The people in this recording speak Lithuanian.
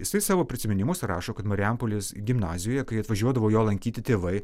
jisai savo prisiminimuose rašo kad marijampolės gimnazijoje kai atvažiuodavo jo lankyti tėvai